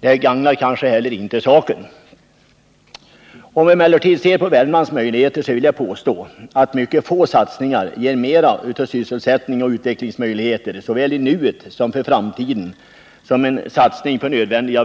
Det skulle kanske inte heller gagna saken. Om vi emellertid ser på Värmlands möjligheter vill jag påstå att mycket få satsningar ger mer av sysselsättning och utvecklingsmöjligheter såväl i nuet som för framtiden som en satsning på nödvändiga